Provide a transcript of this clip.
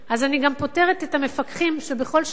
אז אני גם פוטרת את המפקחים שבכל שנה